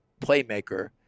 playmaker